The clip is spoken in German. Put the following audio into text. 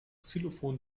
xylophon